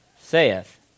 saith